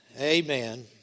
amen